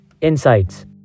Insights